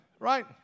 Right